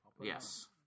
Yes